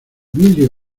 vidrio